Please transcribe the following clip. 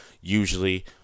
Usually